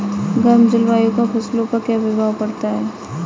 गर्म जलवायु का फसलों पर क्या प्रभाव पड़ता है?